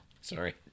Sorry